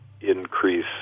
increase